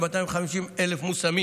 ל-250,000 מושמים